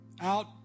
out